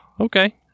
Okay